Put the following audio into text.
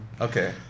Okay